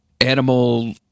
animal